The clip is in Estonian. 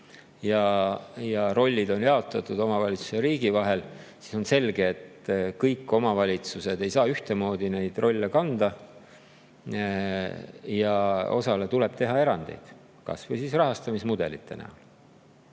ja rollid on jaotatud omavalitsuste ja riigi vahel. Samas on selge, et kõik omavalitsused ei saa ühtemoodi neid rolle kanda ja osale tuleb teha erandeid, kas või rahastamismudelite näol,